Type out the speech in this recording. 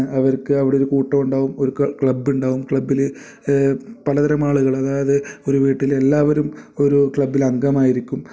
അവർക്ക് അവിടെ ഒരു കൂട്ടം ഉണ്ടാകും ഒരു ക്ല ക്ലബ്ബുണ്ടാകും ക്ലബ്ബിൽ പലതരം ആളുകൾ അതായത് ഒരു വീട്ടിലെ എല്ലാവരും ഒരു ക്ലബ്ബിൽ അംഗമായിരിക്കും